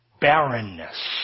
Barrenness